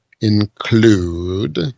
include